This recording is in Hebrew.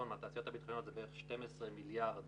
מהתעשיות הביטחוניות הוא בערך 12 מיליארד